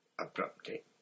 abruptly